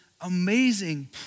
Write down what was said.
amazing